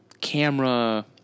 camera